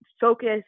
focus